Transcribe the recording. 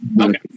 okay